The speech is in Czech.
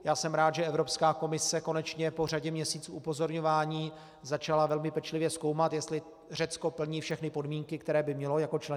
Já jsem rád, že Evropská komise konečně po řadě měsíců upozorňování začala velmi pečlivě zkoumat, jestli Řecko plní všechny podmínky, které by mělo jako člen Schengenu.